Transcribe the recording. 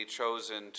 chosen